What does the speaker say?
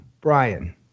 Brian